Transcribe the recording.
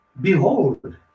Behold